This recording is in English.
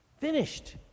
finished